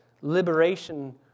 liberation